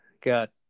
Got